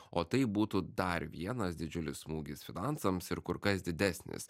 o tai būtų dar vienas didžiulis smūgis finansams ir kur kas didesnis